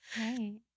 Right